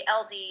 LD